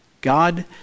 God